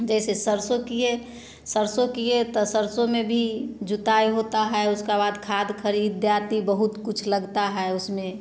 जैसे सरसों किए सरसों किए तो सरसों में भी जोताई होता है उसके बाद खाद खरीद इत्यादि बहुत कुछ लगता है उसमें